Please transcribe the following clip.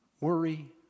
worry